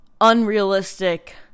unrealistic